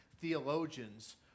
theologians